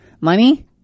money